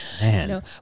Man